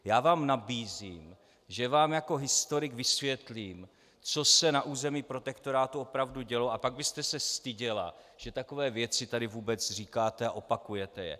Já vám nabízím, že vám jako historik vysvětlím, co se na území protektorátu opravdu dělo, a pak byste se styděla, že takové věci tady vůbec říkáte a opakujete je.